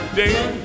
day